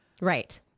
right